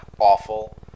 awful